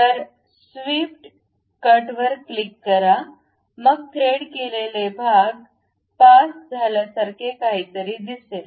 तर swept cut वर click करा मग थ्रेड केलेले भाग पास झाल्यासारखे काहीतरी दिसेल